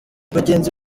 bagenzi